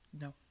No